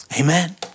Amen